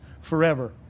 forever